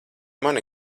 mani